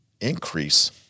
increase